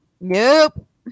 nope